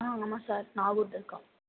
ஆ ஆமாம் சார் நாகூர் தர்ஹா